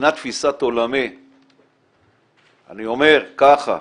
מבחינת תפיסת עולמי אני אומר ככה,